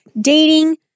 dating